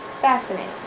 Fascinating